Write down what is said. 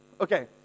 Okay